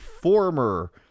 former